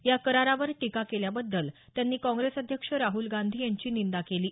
या करारावर टीका केल्याबद्दल त्यांनी काँग्रेस अध्यक्ष राहल गांधी यांची निंदा केली आहे